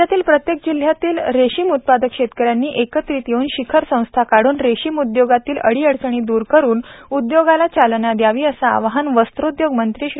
राज्यातील प्रत्येक जिल्ह्यातील रेशीम उत्पादक शेतकऱ्यानी एकत्रित येऊन शिखर संस्था काढून रेशीम उद्योगातील अडी अडचणी दूर करुन उद्योगाला चालना द्यावी असे आवाहन वस्त्रोद्योगमंत्री श्री